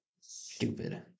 Stupid